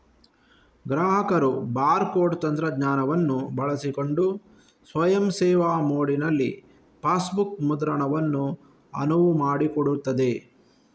ಗ್ರಾಹಕರು bar code ತಂತ್ರಜ್ಞಾನವನ್ನು ಬಳಸಿಕೊಂಡು ಸ್ವಯಂ ಸೇವಾ ಮೋಡಿನಲ್ಲಿ ಪಾಸ್ಬುಕ್ ಮುದ್ರಣವನ್ನು ಅನುವು ಮಾಡಿಕೊಡುತ್ತದೆ